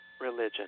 religion